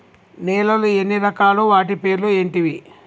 నేలలు ఎన్ని రకాలు? వాటి పేర్లు ఏంటివి?